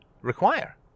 require